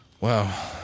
Wow